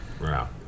Wow